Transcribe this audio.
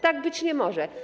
Tak być nie może.